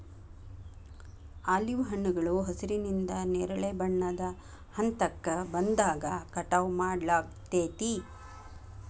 olive ಹಣ್ಣುಗಳು ಹಸಿರಿನಿಂದ ನೇರಳೆ ಬಣ್ಣದ ಹಂತಕ್ಕ ಬಂದಾಗ ಕಟಾವ್ ಮಾಡ್ಲಾಗ್ತೇತಿ